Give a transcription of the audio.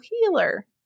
healer